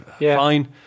fine